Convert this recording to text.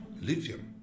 lithium